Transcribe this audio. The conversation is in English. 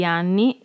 anni